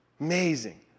Amazing